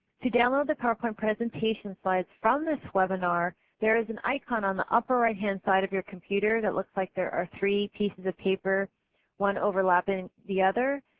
to download the powerpoint presentation slides from this webinar there is an icon on the upper right hand side of your computer that looks like there are three pieces of paper one overlapping the other.